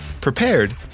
prepared